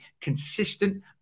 consistent